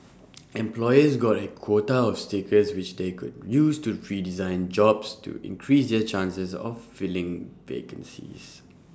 employers got A quota of stickers which they could use to redesign jobs to increase their chances of filling vacancies